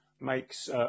makes